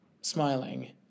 smiling